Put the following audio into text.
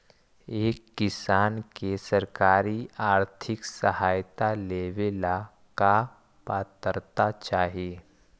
एक किसान के सरकारी आर्थिक सहायता लेवेला का पात्रता चाही?